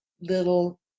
little